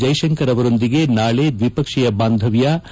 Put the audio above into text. ಜೈಸಂಕರ್ ಅವರೊಂದಿಗೆ ನಾಳೆ ದ್ವಿಪಕ್ಷೀಯ ಬಾಂಧವ್ಲ